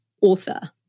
author